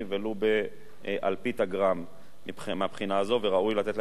באלפית הגרם מהבחינה הזאת וראוי לתת לה את כל הקרדיט.